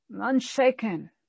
unshaken